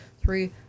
three